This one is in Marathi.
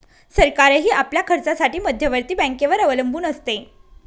सरकारही आपल्या खर्चासाठी मध्यवर्ती बँकेवर अवलंबून असते